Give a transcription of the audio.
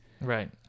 right